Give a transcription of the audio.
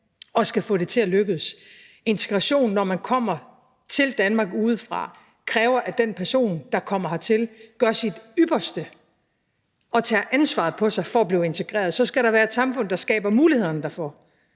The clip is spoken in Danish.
og skal få det til at lykkes. Integration – når man kommer til Danmark udefra – kræver, at den person, der kommer hertil, gør sit ypperste og tager ansvaret på sig for at blive integreret. Så skal der være et samfund, der skaber mulighederne derfor,